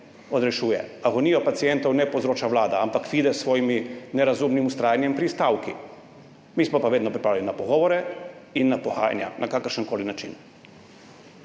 odrešuje. Agonije pacientov ne povzroča Vlada, ampak Fides s svojim nerazumnim vztrajanjem pri stavki. Mi smo pa vedno pripravljeni na pogovore in na pogajanja na kakršenkoli način.